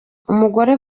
umugore